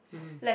mmhmm